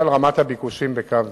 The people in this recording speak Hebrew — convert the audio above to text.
רצוני